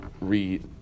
read